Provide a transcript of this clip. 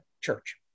church